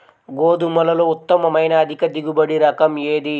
గోధుమలలో ఉత్తమమైన అధిక దిగుబడి రకం ఏది?